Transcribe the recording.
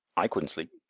i couldn' sleep.